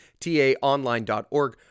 taonline.org